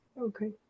okay